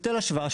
היטל השוואה,